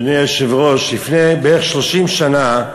אדוני היושב-ראש, לפני בערך 30 שנה,